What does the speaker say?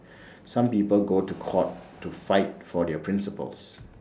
some people go to court to fight for their principles